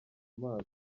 amaso